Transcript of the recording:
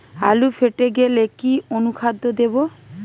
আলু ফেটে গেলে কি অনুখাদ্য দেবো?